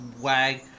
wag